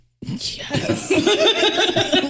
yes